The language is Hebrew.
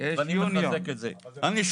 ואני מחזק את זה.